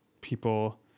people